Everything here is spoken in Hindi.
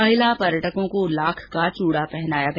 महिला पर्यटकों को लाख का चूड़ा पहनाया गया